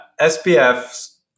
SPFs